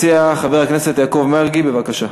מס' 853. מציע חבר הכנסת יעקב מרגי, בבקשה.